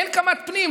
אין קמ"ט פנים.